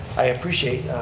i appreciate